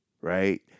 right